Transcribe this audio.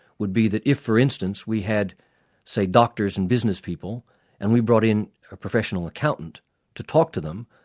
would be that if for instance we had say, doctors and businesspeople and we brought in a professional accountant to talk to them,